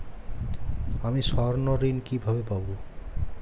আমি স্বর্ণঋণ কিভাবে পাবো?